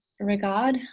regard